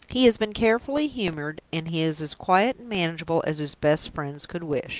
he has been carefully humored, and he is as quiet and manageable as his best friends could wish.